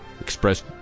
expressed